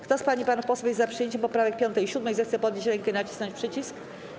Kto z pań i panów posłów jest za przyjęciem poprawek 5. i 7., zechce podnieść rękę i nacisnąć przycisk.